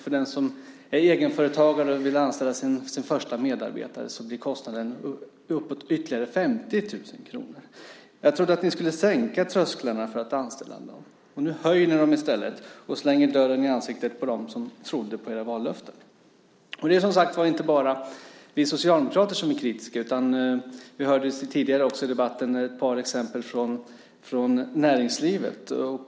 För den som är egenföretagare och vill anställa sin första medarbetare blir kostnaden upp mot ytterligare 50 000 kr. Jag trodde att ni skulle sänka trösklarna för att anställa. Nu höjer ni dem i stället och slänger dörren i ansiktet på dem som trodde på era vallöften. Det är inte bara vi socialdemokrater som är kritiska. Vi hörde tidigare i debatten ett par exempel från näringslivet.